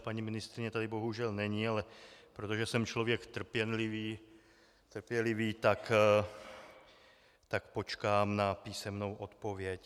Paní ministryně tady bohužel není, ale protože jsem člověk trpělivý, tak počkám na písemnou odpověď.